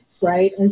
right